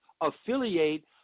affiliate